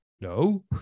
no